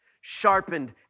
sharpened